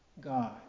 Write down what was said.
God